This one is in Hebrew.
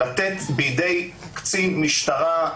לתת בידי קצין משטרה,